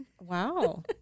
Wow